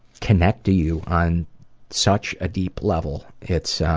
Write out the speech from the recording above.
connect to you on such a deep level. it's